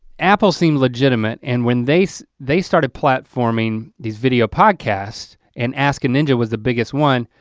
apple seemed legitimate and when they so they started platforming these video podcast and ask a ninja was the biggest one.